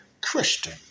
Christian